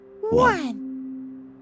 one